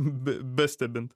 be bestebint